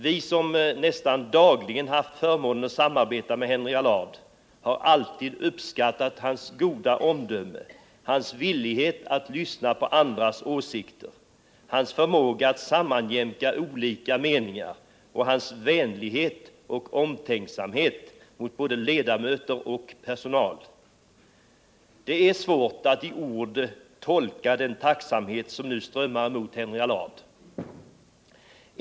Vi som nästan dagligen haft förmånen att samarbeta med Henry Allard har alltid uppskattat hans goda omdöme, hans villighet att lyssna på andras åsikter, hans förmåga att sammanjämka olika meningar och hans vänlighet och omtänksamhet mot både ledamöter och personal. Det är svårt att i ord tolka den tacksamhet som nu strömmar emot Henry Allard.